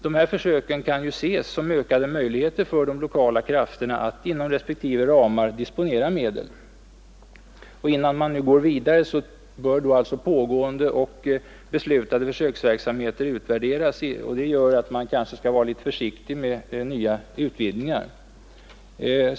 De försöken kan också ses som ökade möjligheter för de lokala krafterna att inom respektive ramar disponera medel. Innan man går vidare bör nu pågående och beslutade försöksverksamhet utvärderas, och detta gör att försiktighet är tillrådlig med nya utvidgningar.